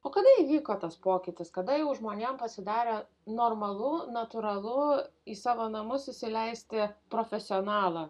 o kada įvyko tas pokytis kada jau žmonėm pasidarė normalu natūralu į savo namus įsileisti profesionalą